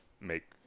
make